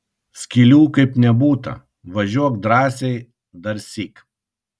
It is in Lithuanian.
skylių kaip nebūta važiuok drąsiai darsyk